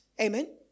Amen